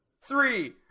Three